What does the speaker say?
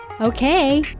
Okay